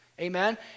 Amen